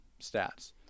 stats